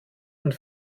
und